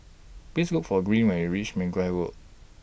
Please Look For Green when YOU REACH Mergui Road